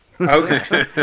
Okay